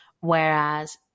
Whereas